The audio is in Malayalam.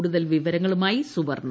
കുടുതൽ വിവരങ്ങളുമായി സുവർണ്ണ